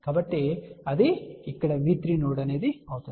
కాబట్టి అది ఇక్కడ V3 నోడ్ అవుతుంది